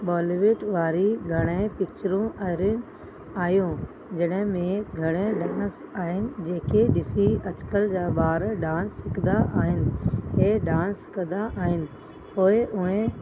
बॉलीवुड वारी घणी पिचरूं आहिनि आहियूं जॾहिं में घणेई जेके ॾिसी अॼुकल्ह जा ॿार डांस सिखंदा आहिनि ऐं डांस कंदा आहिनि पोइ उहे